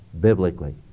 biblically